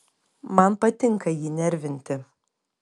man patinka jį nervinti